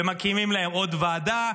ומקימים להם עוד ועדה,